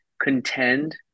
contend